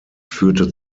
führte